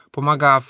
Pomaga